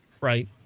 right